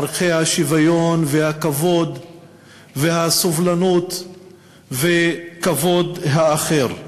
ערכי השוויון והכבוד והסובלנות וכבוד האחר.